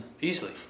easily